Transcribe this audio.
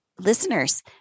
listeners